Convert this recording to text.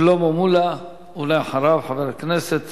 שלמה מולה, ואחריו, חבר הכנסת